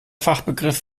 fachbegriff